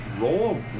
roll